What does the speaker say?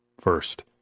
first